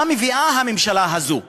מה הממשלה הזאת מביאה.